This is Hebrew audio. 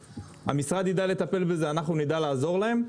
המשרד ידע לטפל בזה ואנחנו נדע לעזור להם.